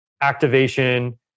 activation